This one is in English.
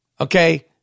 okay